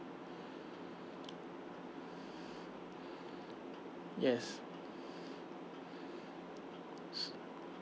yes